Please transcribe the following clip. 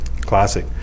classic